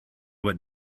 what